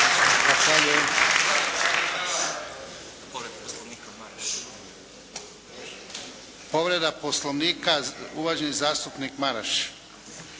Povreda Poslovnika uvaženi zastupnik Maraš.